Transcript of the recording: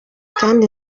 kandi